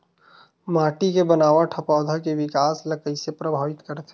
माटी के बनावट हा पौधा के विकास ला कइसे प्रभावित करथे?